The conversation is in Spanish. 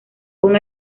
con